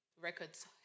records